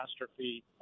catastrophe